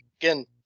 again